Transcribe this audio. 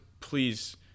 please